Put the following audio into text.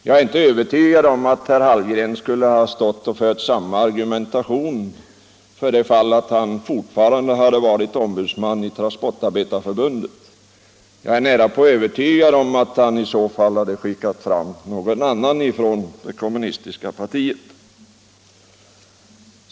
Jag är inte övertygad om att herr Hallgren skulle ha fört samma argumentation för det fall att han fortfarande hade varit ombudsman i Transportarbetareförbundet; jag är nästan säker på att man i så fall hade skickat fram någon annan från det kommunistiska partiet.